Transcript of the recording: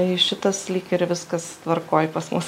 tai šitas lyg ir viskas tvarkoj pas mus